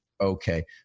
okay